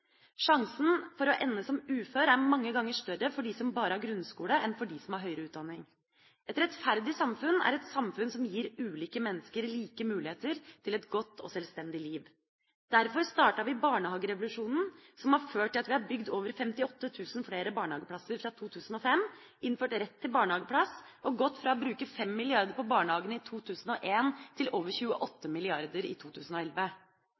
Sjansen for å ende som ufør er mange ganger større for dem som bare har grunnskole, enn for dem som har høyere utdanning. Et rettferdig samfunn er et samfunn som gir ulike mennesker like muligheter til et godt og sjølstendig liv. Derfor startet vi barnehagerevolusjonen, som har ført til at vi har bygd over 58 000 flere barnehageplasser fra 2005, innført rett til barnehageplass og gått fra å bruke 5 mrd. kr på barnehagene i 2001 til over 28 mrd. kr i 2011.